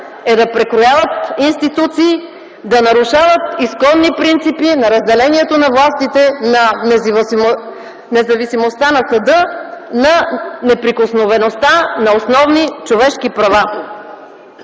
е да прекрояват институции, да нарушават изконни принципи на разделението на властите, на независимостта на съда, на неприкосновеността на основни човешки права,